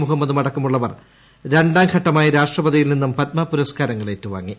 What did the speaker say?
മുഹമ്മദും അടക്കമുള്ളവർ രണ്ടാം ഘട്ടമായി രാഷ്ട്രപതിയിൽ നിന്നും പദ്മ പുരസ്കാരങ്ങൾ ഏറ്റുവാങ്ങി